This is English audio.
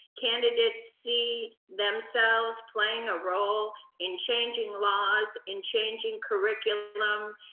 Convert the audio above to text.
candidates see themselves playing a role in changing laws, in changing curriculum,